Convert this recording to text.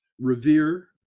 revere